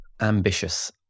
ambitious